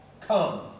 come